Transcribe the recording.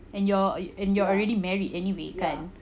and you're already married anyway kan